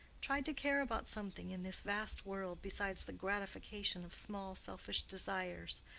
try to care about something in this vast world besides the gratification of small selfish desires.